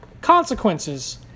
consequences